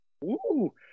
Woo